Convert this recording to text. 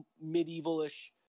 medieval-ish